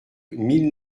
mille